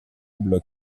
bloc